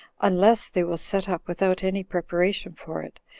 unless they will set up without any preparation for it,